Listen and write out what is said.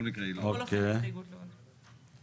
בכל אופן ההסתייגות לא רלוונטית.